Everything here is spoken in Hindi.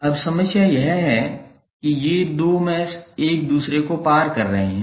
अब समस्या यह है कि ये दो मैश एक दूसरे को पार कर रहे हैं